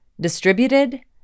distributed